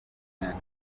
imyaka